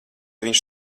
viņš